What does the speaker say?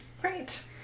Great